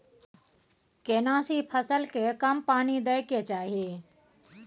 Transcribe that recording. केना सी फसल के कम पानी दैय के चाही?